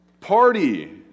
Party